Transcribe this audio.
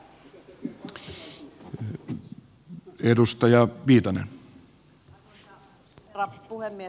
arvoisa herra puhemies